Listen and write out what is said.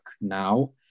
now